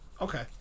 Okay